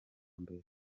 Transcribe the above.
mbere